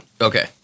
Okay